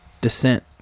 Descent